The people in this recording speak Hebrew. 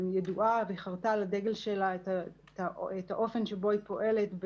ידועה וחרתה על הדגל שלה את האופן שבו היא פועלת,